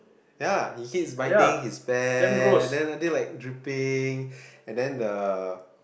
ya he keeps biting his then then like dripping and then the